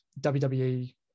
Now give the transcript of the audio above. WWE